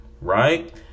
right